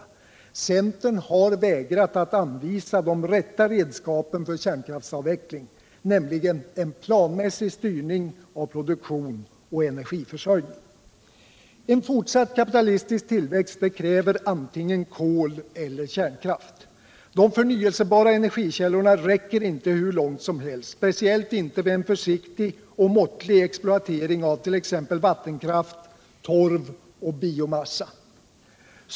Centern har vägrat att anvisa de riktiga redskapen för kärnkraftsavvecklingen, nämligen en planmässig styrning av produktion och energiförsörjning. En fortsatt kapitalistisk tillväxt kräver antingen kol eller kärnkraft. De förnyelsebara energikällorna räcker inte hur långt som helst, speciellt inte vid en försiktig och måttlig exploatering av t.ex. vattenkraft, torv och biomassa.